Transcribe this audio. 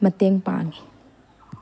ꯃꯇꯦꯡ ꯄꯥꯡꯏ